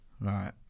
Right